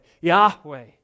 Yahweh